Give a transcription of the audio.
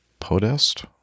Podest